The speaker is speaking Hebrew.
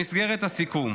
במסגרת הסיכום: